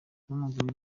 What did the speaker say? mugore